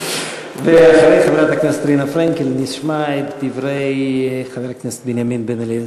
אחרי חברת הכנסת רינה פרנקל נשמע את דברי חבר הכנסת בנימין בן-אליעזר.